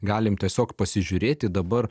galim tiesiog pasižiūrėti dabar